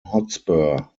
hotspur